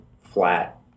flat